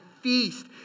feast